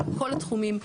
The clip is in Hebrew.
שנוגעת בכל התחומים.